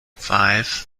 five